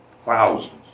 Thousands